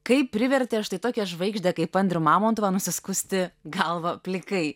kaip privertė štai tokią žvaigždę kaip andrių mamontovą nusiskusti galvą plikai